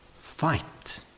fight